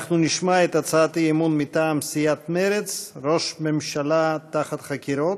אנחנו נשמע את הצעת האי-אמון מטעם סיעת מרצ: ראש ממשלה תחת חקירות.